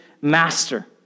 master